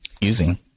using